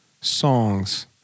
songs